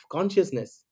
Consciousness